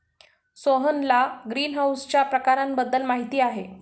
सोहनला ग्रीनहाऊसच्या प्रकारांबद्दल माहिती आहे